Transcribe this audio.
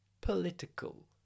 Political